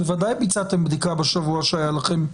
בוודאי ביצעתם בדיקה בשבוע שהיה לכם.